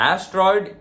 Asteroid